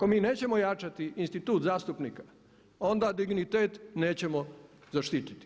Ako mi nećemo jačati institut zastupnika onda dignitet nećemo zaštiti.